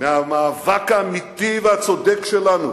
מהמאבק האמיתי והצודק שלנו